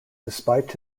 despite